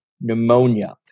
pneumonia